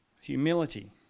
humility